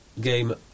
game